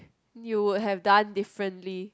you would have done differently